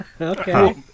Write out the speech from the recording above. Okay